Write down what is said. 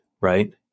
right